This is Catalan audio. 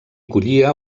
collia